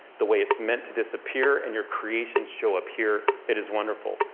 the way it's meant to disappear, and you're creations show up here. it is wonderful.